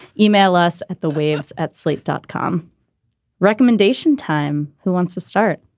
email us at the waves at slate dot com recommendation time. who wants to start?